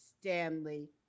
stanley